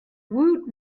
woot